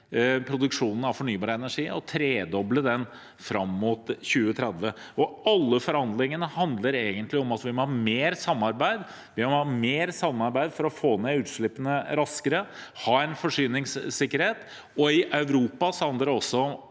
produksjonen av fornybar energi og tredoble den fram mot 2030. Alle forhandlingene handler egentlig om at vi må ha mer samarbeid. Vi må ha mer samarbeid for å få ned utslippene raskere og ha en forsyningssikkerhet. I Europa handler det også om